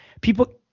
people